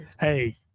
Hey